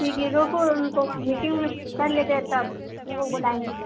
ٹھیک ہے روکو ان کو میٹنگ میں کر لیتے ہیں تب ان کو بلائیں گے